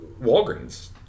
Walgreens